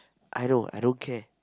I know I don't care